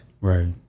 right